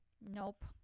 Nope